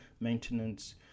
maintenance